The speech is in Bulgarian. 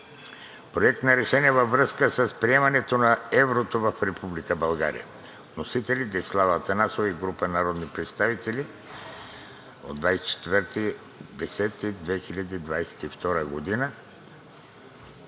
Проект на решение във връзка с приемането на еврото в Република България. Вносители: Десислава Атанасова и група народни представители от 24 октомври